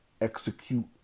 execute